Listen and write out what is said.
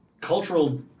cultural